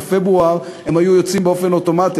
בפברואר הם היו יוצאים באופן אוטומטי,